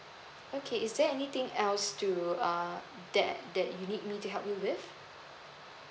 okay is there anything else do ah that that you need me to help you with